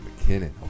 McKinnon